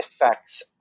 effects